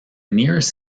nearest